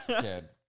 Dude